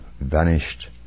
vanished